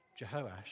Jehoash